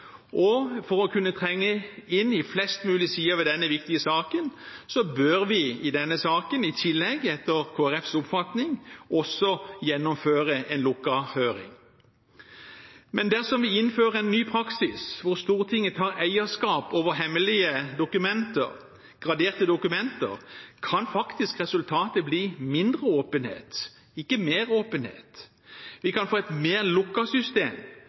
detaljer. For å kunne trenge inn i flest mulig sider ved denne viktige saken bør vi i denne saken i tillegg, etter Kristelig Folkepartis oppfatning, også gjennomføre en lukket høring. Dersom vi innfører en ny praksis hvor Stortinget tar eierskap over hemmelige, graderte dokumenter, kan resultatet bli mindre åpenhet, ikke mer åpenhet. Vi kan få et mer lukket system